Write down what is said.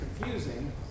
confusing